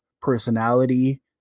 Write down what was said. personality